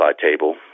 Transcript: table